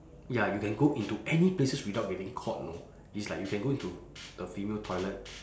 ya you can go into any places without getting caught know it's like you can go into the female toilet